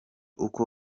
uko